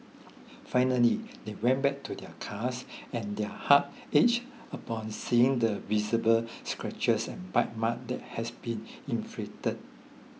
finally they went back to their cars and their hearts ached upon seeing the visible scratches and bite marks that has been inflicted